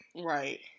Right